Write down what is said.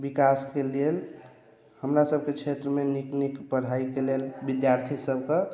विकासके लेल हमरा सभके क्षेत्रमे नीक नीक पढ़ाइके लेल विद्यार्थी सभके